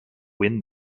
win